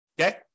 Okay